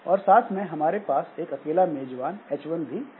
और साथ में हमारे पास एक अकेला मेजबान H1 भी अवश्य है